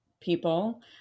people